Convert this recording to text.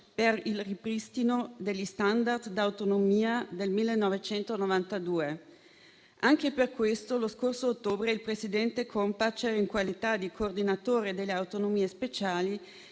per il ripristino degli *standard* di autonomia del 1992. Anche per questo lo scorso ottobre il presidente Kompatscher, in qualità di coordinatore delle autonomie speciali,